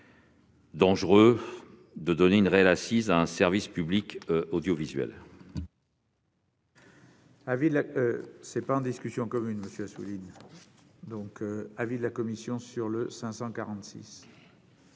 dangereux, de donner une réelle assise à un service public audiovisuel.